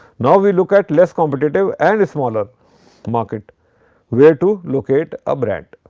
now, we look at less competitive and a smaller market where to locate a brand.